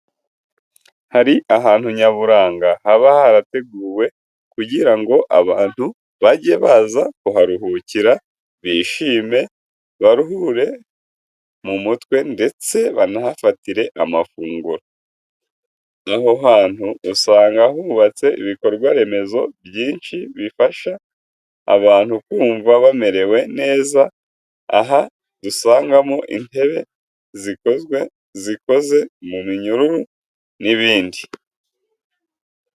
Hari ahantu nyaburanga haba harateguwe kugira ngo abantu bajye baza kuharuhukira, bishime, baruhure mu mutwe ndetse banahafatire amafunguro. Aho hantu usanga hubatse ibikorwa remezo byinshi bifasha abantu kumva bamerewe neza, aha dusangamo nk'intebe zikoze mu minyururu n'ibindi.